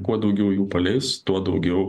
kuo daugiau jų paleis tuo daugiau